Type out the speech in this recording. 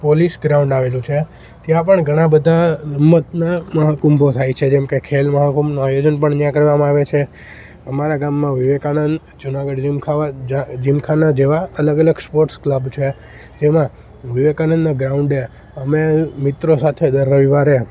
police ground આવેલું છે ત્યાં પણ ઘણા બધા રમતના મહાકુંભો થાય છે જેમ કે ખેલ મહાકુંભનું આયોજન પણ ત્યાં કરવામાં આવે છે અમારા ગામમાં વિવેકાનંદ જુનાગઢ જીમખાવા જા જીમખાના જેવા અલગ અલગ સ્પોર્ટ્સ ક્લબ છે જેમાં વિવેકાનંદના ગ્રાઉન્ડ અમે મિત્રો સાથે દર રવિવારે